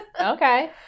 Okay